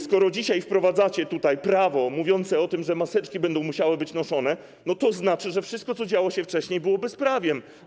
Skoro dzisiaj wprowadzacie tutaj prawo mówiące o tym, że maseczki będą musiały być noszone, no to znaczy, że wszystko, co działo się wcześniej, było bezprawiem.